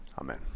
Amen